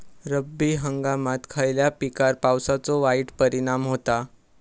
रब्बी हंगामात खयल्या पिकार पावसाचो वाईट परिणाम होता?